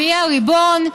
והיא הריבון,